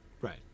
right